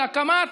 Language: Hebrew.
להקמת